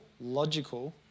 logical